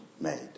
made